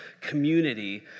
community